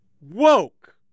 woke